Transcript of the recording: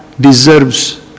deserves